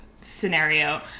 scenario